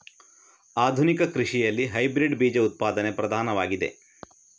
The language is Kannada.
ಆಧುನಿಕ ಕೃಷಿಯಲ್ಲಿ ಹೈಬ್ರಿಡ್ ಬೀಜ ಉತ್ಪಾದನೆ ಪ್ರಧಾನವಾಗಿದೆ